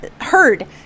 heard